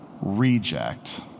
reject